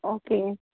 okay